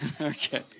Okay